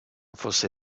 fosse